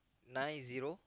nine zero